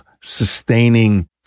sustaining